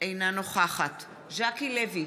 אינה נוכחת ז'קי לוי,